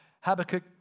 Habakkuk